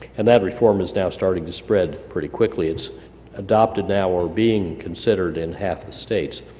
and that reform is now starting to spread pretty quickly. it's adopted now or being considered in half the states,